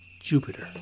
Jupiter